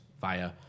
via